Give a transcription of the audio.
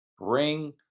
Bring